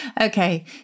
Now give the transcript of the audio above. Okay